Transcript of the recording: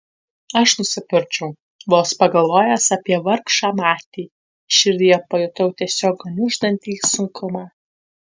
aš nusipurčiau vos pagalvojęs apie vargšą matį širdyje pajutau tiesiog gniuždantį sunkumą